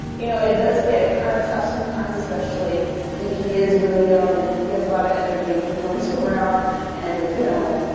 you know, it does get kind of tough sometimes especially, he he is really young and he has a lot of energy and he runs around and you know,